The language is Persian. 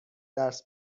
درس